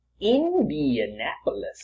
Indianapolis